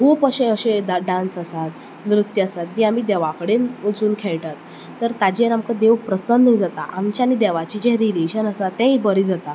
खूप अशें अशें डांस आसात नृत्य आसात जें आमी देवा कडेन वचून खेळटात तर ताजेर आमकां देव प्रसन्न जाता आमचें आनी देवाचें रिलेशन आसा तेंय बरें जाता